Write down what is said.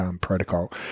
protocol